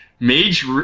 Mage